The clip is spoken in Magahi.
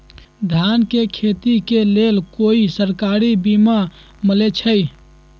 धान के खेती के लेल कोइ सरकारी बीमा मलैछई?